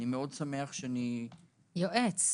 יועץ.